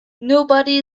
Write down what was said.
nobody